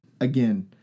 again